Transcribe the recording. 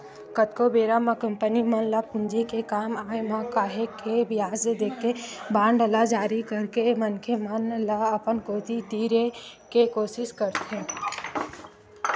कतको बेरा म कंपनी मन ल पूंजी के काम आय म काहेक के बियाज देके बांड ल जारी करके मनखे मन ल अपन कोती तीरे के कोसिस करथे